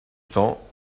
temps